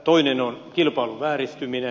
toinen on kilpailun vääristyminen